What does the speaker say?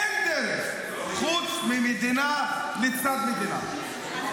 אין דרך חוץ ממדינה לצד מדינה.